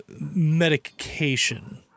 medication